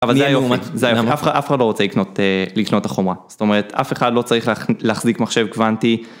אבל זה היופי, אף אחד לא רוצה לקנות את החומרה, זאת אומרת אף אחד לא צריך להחזיק מחשב קוואנטי.